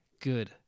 Good